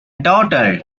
daughter